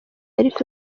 ariko